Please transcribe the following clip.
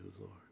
Lord